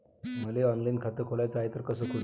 मले ऑनलाईन खातं खोलाचं हाय तर कस खोलू?